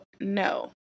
no